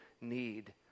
need